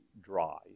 dry